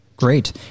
Great